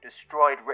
destroyed